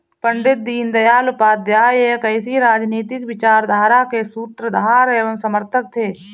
पण्डित दीनदयाल उपाध्याय एक ऐसी राजनीतिक विचारधारा के सूत्रधार एवं समर्थक थे